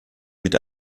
mit